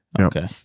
okay